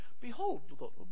Behold